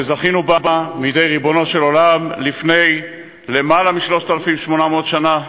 שזכינו בה מידי ריבונו של עולם לפני למעלה מ-3,800 שנה.